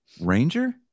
Ranger